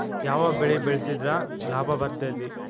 ಯಾವ ಬೆಳಿ ಬೆಳ್ಸಿದ್ರ ಲಾಭ ಬರತೇತಿ?